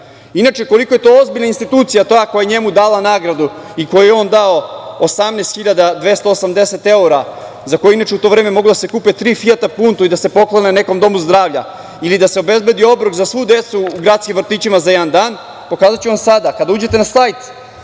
dinara. Inače, koliko je to ozbiljna institucija, to koja je njemu dala nagradu i kojoj je on dao 18.280 evra, za koje je inače u to vreme moglo da se kupi tri fijata punto i da se poklone nekom domu zdravlja ili da se obezbedi obrok za svu decu u gradskim vrtićima za jedan dan, pokazaću vam sada. Kada uđete na sajt